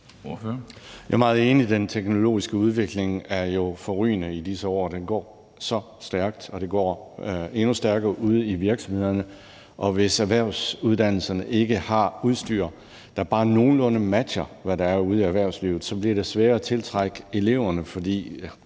Jeg er meget enig. Den teknologiske udvikling jo er forrygende i disse år. Den går så stærkt, og det går endnu stærkere ude i virksomhederne, og hvis erhvervsuddannelserne ikke har udstyr, der bare nogenlunde matcher, hvad der er ude i erhvervslivet, så bliver det sværere at tiltrække eleverne, for